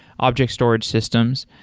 objects storage systems.